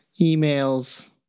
emails